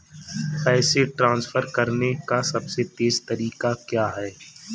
पैसे ट्रांसफर करने का सबसे तेज़ तरीका क्या है?